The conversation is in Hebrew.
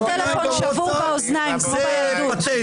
תעשה טלפון שבור באוזניים --- רבותי,